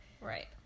right